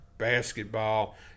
basketball